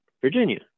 Virginia